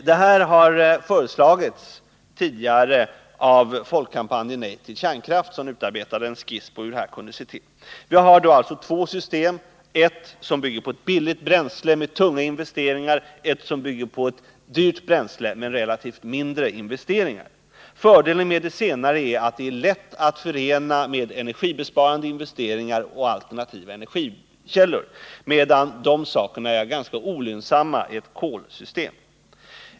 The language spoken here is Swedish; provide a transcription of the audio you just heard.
Det har tidigare föreslagits av Folkkampanjen nej till kärnkraft, som utarbetade en skiss på hur det här kunde se ut. Vi har alltså två system, ett som bygger på ett billigt bränsle med stora investeringar och ett som bygger på ett dyrt bränsle med mindre investeringar. Fördelen med det senare systemet är att det är lätt att förena med energisparande investeringar och alternativa energikällor, medan dessa saker är ganska olönsamma i ett kolsystem.